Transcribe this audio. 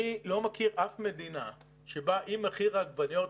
אני לא מכיר אף מדינה שבה אם מחיר העגבניות